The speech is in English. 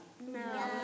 No